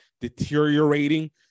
deteriorating